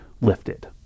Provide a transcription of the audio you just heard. lifted